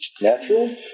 Natural